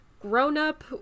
grown-up